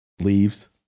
leaves